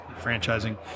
franchising